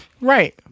Right